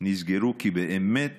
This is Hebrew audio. כי באמת